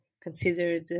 considered